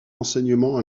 enseignement